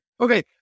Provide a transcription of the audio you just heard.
Okay